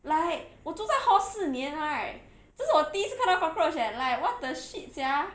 like 我住在 hall 四年 right 这是我第一次看到 cockroach eh like what the shit sia